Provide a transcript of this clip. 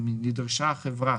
אם נדרשה החברה,